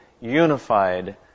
unified